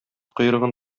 койрыгын